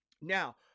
Now